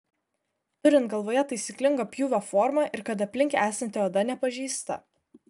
turint galvoje taisyklingą pjūvio formą ir kad aplink esanti oda nepažeista